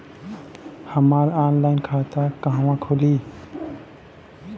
हमार ऑनलाइन खाता कहवा खुली?